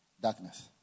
darkness